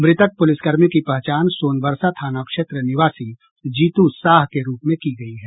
मृतक पुलिसकर्मी की पहचान सोनबरसा थाना क्षेत्र निवासी जीतू साह के रूप में की गई है